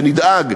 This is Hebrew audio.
ונדאג,